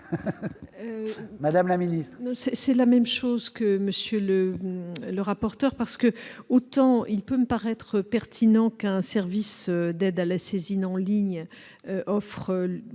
Mme la ministre.